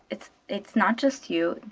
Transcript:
it's it's not just you,